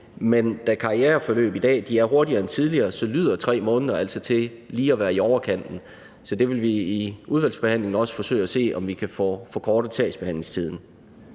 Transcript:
Men da karriereforløb i dag er hurtigere end tidligere, lyder 3 måneder altså til at være lige i overkanten, så vi vil i udvalgsbehandlingen forsøge at få forkortet sagsbehandlingstiden.